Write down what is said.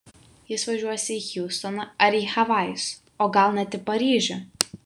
jis važiuos į hjustoną ar į havajus o gal net į paryžių